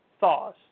thaws